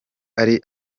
ari